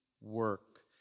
work